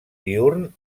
diürn